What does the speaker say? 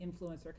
influencer